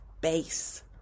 base